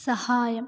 സഹായം